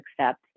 accept